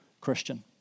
Christian